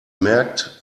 merkt